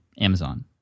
Amazon